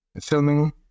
filming